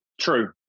True